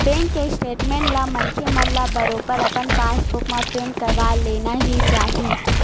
bank के statement ला मनखे मन ल बरोबर अपन पास बुक म प्रिंट करवा लेना ही चाही